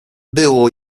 było